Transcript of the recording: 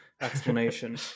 explanation